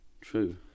true